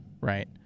right